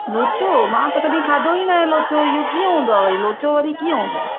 लोचो मां त कॾहि खाधो ई न आहे लोचो हीअ कीअं हूंदो आहे वरी लोचो वरी कीअं हूंदो आहे